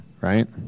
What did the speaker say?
right